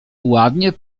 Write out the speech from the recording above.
ładnie